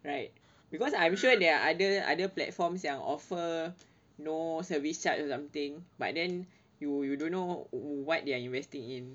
right because I'm sure there are other than other platforms yang offer no service charge or something but then you you don't know what they are investing in